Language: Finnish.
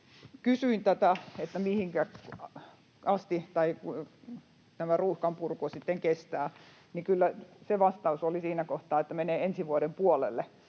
Kysyin tätä, mihinkä asti tämä ruuhkan purku sitten kestää, ja kyllä se vastaus oli siinä kohtaa, että menee ensi vuoden puolelle